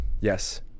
Yes